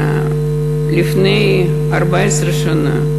לפני 14 שנה,